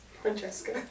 Francesca